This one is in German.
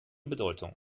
bedeutung